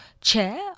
Chair